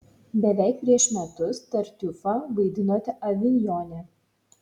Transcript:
beveik prieš metus tartiufą vaidinote avinjone